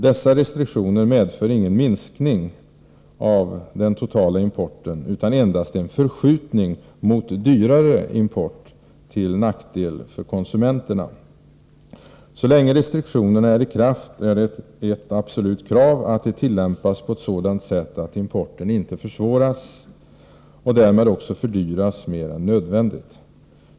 Dessa restriktioner medför ingen minskning av den totala importen, utan endast en förskjutning mot dyrare import, till nackdel för konsumenterna. Så länge restriktionerna är i kraft är det ett absolut krav att de tillämpas på ett sådant sätt att importen inte försvåras och därmed också fördyras mer än nödvändigt.